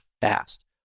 fast